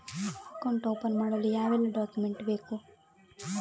Account open ಮಾಡಲು ಯಾವೆಲ್ಲ document ಬೇಕು?